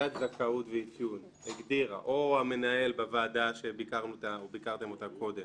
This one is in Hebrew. שוועדת זכאות ואפיון הגדירה או המנהל בוועדה שביקרתם אותה קודם